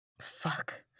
Fuck